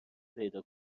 پیدا